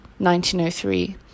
1903